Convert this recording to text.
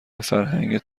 فرهنگت